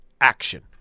action